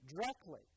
directly